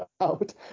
out